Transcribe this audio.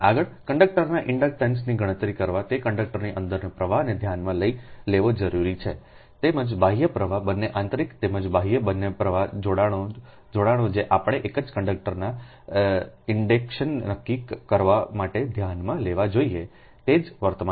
આગળ કંડકટરના ઇન્ડક્ટન્સની ગણતરી કરવી તે કંડક્ટરની અંદરના પ્રવાહને ધ્યાનમાં લેવી જરૂરી છે તેમજ બાહ્ય પ્રવાહ બંને આંતરિક તેમજ બાહ્ય બંને પ્રવાહ જોડાણો જે આપણે એક જ કંડક્ટરના ઇન્ડેક્શનને નક્કી કરવા માટે ધ્યાનમાં લેવા જોઈએ તે જ વર્તમાન છે